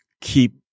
keep